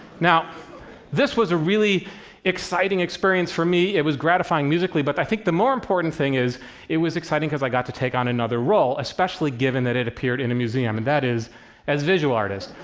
now this was a really exciting experience for me. it was gratifying musically, but i think the more important thing is it was exciting because i got to take on another role, especially given that it appeared in a museum, and that is as visual artist.